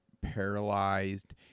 paralyzed